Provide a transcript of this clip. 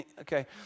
Okay